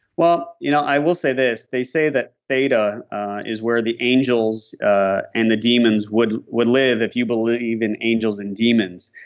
well, you know i will say this, they say that beta is where the angels ah and the demons would would live if you believe in angels and demons.